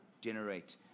generate